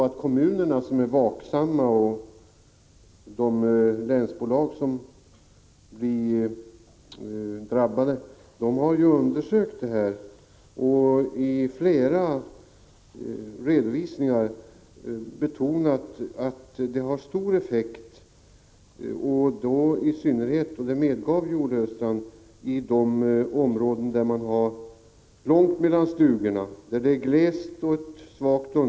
Men kommunerna, som är vaksamma, och de länsbolag som blir drabbade har ju undersökt vilken effekt det kommer att få. I flera redovisningar har betonats att det har stor effekt, i synnerhet, och det medgav ju Olle Östrand, i de områden där det är långt mellan stugorna och där underlaget är svagt.